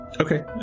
Okay